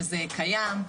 שזה קיים,